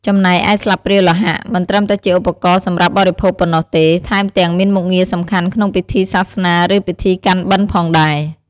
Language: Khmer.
ចំណែកឯស្លាបព្រាលោហៈ មិនត្រឹមតែជាឧបករណ៍សម្រាប់បរិភោគប៉ុណ្ណោះទេ ថែមទាំងមានមុខងារសំខាន់ក្នុងពិធីសាសនា ឬពិធីកាន់បិណ្ឌ ផងដែរ។